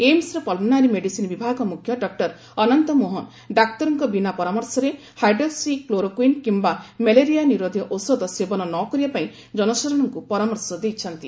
amber pulmonary medicine ବିଭାଗ ମୁଖ୍ୟ ଡକୁର ଅନନ୍ତ ମୋହନ ଡାକ୍ତରଙ୍କ ବିନା ପରାମର୍ଶରେ ହାଇଡ୍ରୋକୁ କ୍ଲୋରୋକୁଇନ କିମ୍ବା ମ୍ୟାଲେରିଆ ନିରୋଧୀ ଔଷଧ ସେବନ ନ କରିବା ପାଇଁ ଜନସାଧାରଣଙ୍କୁ ପରାମର୍ଶ ଦେଇଛନ୍ତି